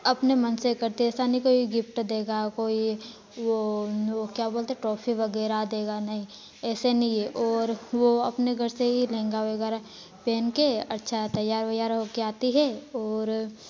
अपने मन से करते हैं ऐसा नहीं कोई गिफ्ट देगा कोई वो वो क्या बोलते हैं ट्राफी वगेरह देगा नहीं ऐसे नहीं है और वो अपने घर से ही लहंगा वगैरह पहन के अच्छा तैयार वैयार हो के आती हैं और